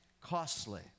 costly